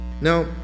Now